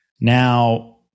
now